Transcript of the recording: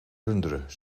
runderen